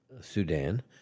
Sudan